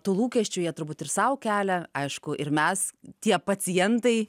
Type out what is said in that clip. tų lūkesčių jie turbūt ir sau kelia aišku ir mes tie pacientai